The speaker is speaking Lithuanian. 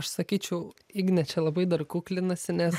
aš sakyčiau ignė čia labai dar kuklinasi nes